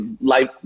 life